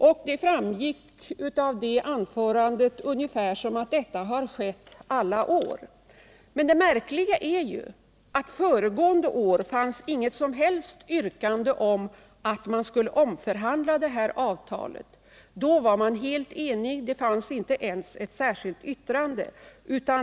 Av anförandet framstod det ungefär som att detta har skett alla år. Men det märkliga är ju att föregående år fanns det inget som helst yrkande om omförhandling beträffande det här avtalet. Då var vi helt eniga. Det fanns inte ens något särskilt yttrande.